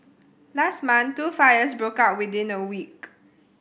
last month two fires broke out within a week